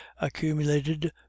accumulated